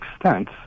extent